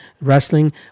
wrestling